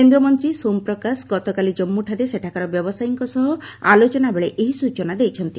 କେନ୍ଦ୍ରମନ୍ତ୍ରୀ ସୋମପ୍ରକାଶ ଗତକାଲି ଜାଞ୍ଗୁଠାରେ ସେଠାକାର ବ୍ୟବସାୟୀଙ୍କ ସହ ଆଲୋଚନା ବେଳେ ଏହି ସୂଚନା ଦେଇଛନ୍ତି